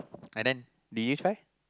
and then did you try